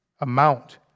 amount